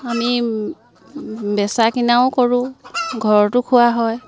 আমি বেচা কিনাও কৰোঁ ঘৰতো খোৱা হয়